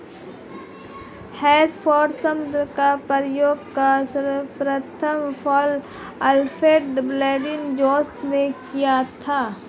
hedge fund शब्द का प्रयोग सर्वप्रथम अल्फ्रेड डब्ल्यू जोंस ने किया था